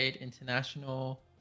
international